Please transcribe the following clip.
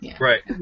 Right